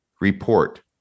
report